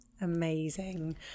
Amazing